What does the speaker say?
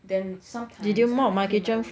then sometimes I clean my room